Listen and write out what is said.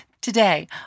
Today